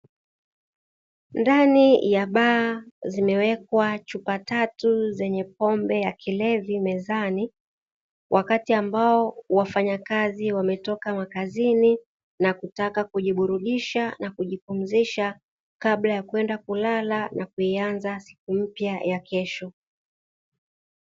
Ndani ya baa, zimewekwa chupa tatu zenye pombe ya kilevi mezani, wakati ambao wafanyakazi wametoka makazini na kutaka kijuburudisha na kujipumzisha kabla ya kwenda kulala na kuianza siku mpya ya kesho.